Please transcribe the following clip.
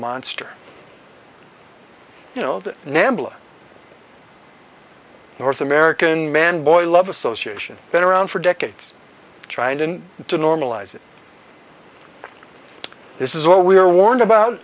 monster you know that nambla north american man boy love association been around for decades trying to normalize it this is what we were warned about